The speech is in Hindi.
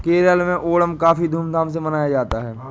केरल में ओणम काफी धूम धाम से मनाया जाता है